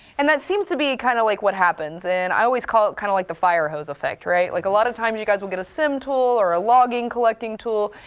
and that seems to be kind of like what happens and i always call it, kind of like the fire hose effect, right? like a lot of times you guys will get a siem tool, or a logging collecting tool,